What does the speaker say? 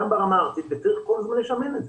וגם ברמה הארצית וצריך כל הזמן לשמר את זה.